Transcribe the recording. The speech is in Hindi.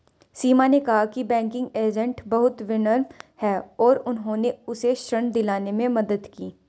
सीमा ने कहा कि बैंकिंग एजेंट बहुत विनम्र हैं और उन्होंने उसे ऋण दिलाने में मदद की